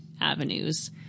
avenues